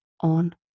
on